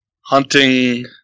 hunting